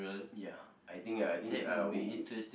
ya I think ah I think uh